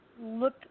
look